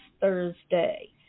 Thursday